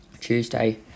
Tuesday